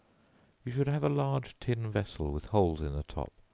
you should have a large tin vessel with holes in the top,